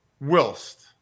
whilst